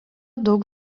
daug